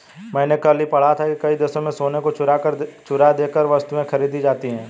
मैंने कल ही पढ़ा था कि कई देशों में सोने का चूरा देकर वस्तुएं खरीदी जाती थी